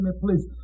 please